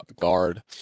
guard